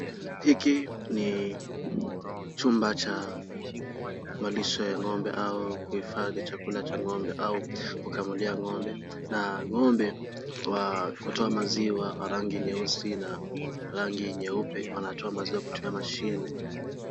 Hiki ni chumba cha malisho ya ng'ombe au kuhifadhi chakula cha ng'ombe au kukamulia ng'ombe na ng'ombe wa kutoa maziwa wa rangi nyeusi na rangi nyeupe wanatoa maziwa kutumia mashine.